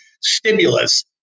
stimulus